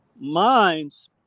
minds